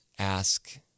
Ask